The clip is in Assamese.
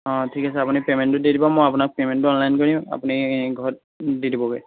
অঁ ঠিক আছে আপুনি পে'মেণ্টটো দি দিব মই আপোনাক পে'মেণ্টটো অনলাইন কৰি দিম আপুনি ঘৰত দি দিবগৈ